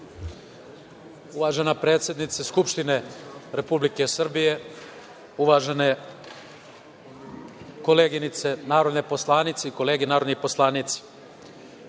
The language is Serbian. Uvažena predsednice Skupštine Republike Srbije, uvažene koleginice narodne poslanice i kolege narodni poslanici,